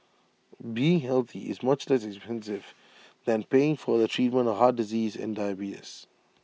being healthy is much less expensive than paying for the treatment of heart disease and diabetes